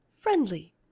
friendly